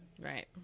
Right